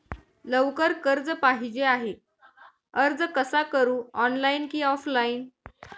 लवकर कर्ज पाहिजे आहे अर्ज कसा करु ऑनलाइन कि ऑफलाइन?